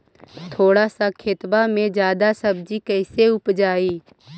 थोड़ा सा खेतबा में जादा सब्ज़ी कैसे उपजाई?